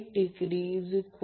81 2 10 j 8